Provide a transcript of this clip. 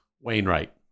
Wainwright